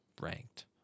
ranked